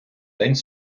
день